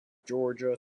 georgia